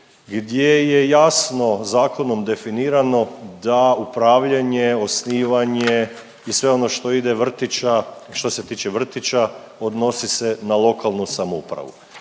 gdje je jasno zakonom definirano da upravljanje, osnivanje i sve ono što ide vrtića, što se tiče vrtića, odnosi se na lokalnu samoupravu.